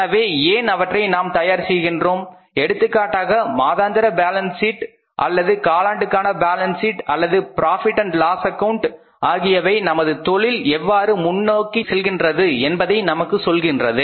எனவே ஏன் அவற்றை நாம் தயார் செய்கின்றோம் எடுத்துக்காட்டாக மாதாந்திர பேலன்ஸ் ஷீட் அல்லது காலாண்டுக்கான பேலன்ஸ் ஷீட் அல்லது profit and loss account Profit Loss account ஆகியவை நமது தொழில் எவ்வாறு முன்னோக்கிச் செல்கின்றது என்பதை நமக்குச் சொல்கின்றது